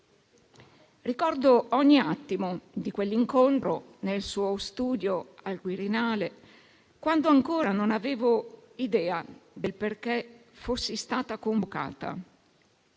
Ricordo ogni attimo di quell'incontro nel suo studio al Quirinale, quando ancora non avevo idea del perché fossi stata convocata.